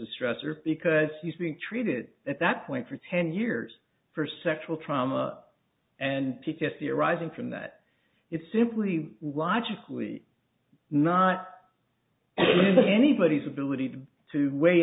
a stressor because he's being treated at that point for ten years for sexual trauma and p t s d arising from that it's simply logically not anybody's ability to weigh